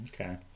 Okay